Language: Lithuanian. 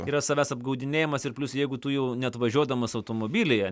yra savęs apgaudinėjamas ir plius jeigu tu jau net važiuodamas automobilyje